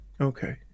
Okay